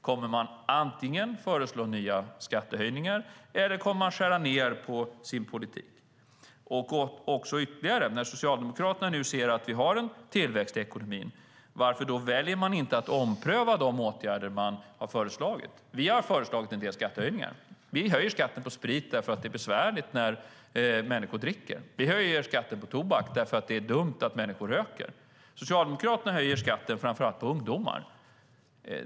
Kommer man att föreslå antingen nya skattehöjningar eller nedskärningar i sin politik? När Socialdemokraterna ser att det finns en tillväxt i ekonomin, varför väljer man inte att ompröva de åtgärder man har föreslagit? Vi har föreslagit en del skattehöjningar. Vi höjer skatten på sprit därför att det är besvärligt när människor dricker. Vi höjer skatten på tobak därför att det är dumt att människor röker. Socialdemokraterna höjer skatten framför allt på ungdomar.